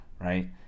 right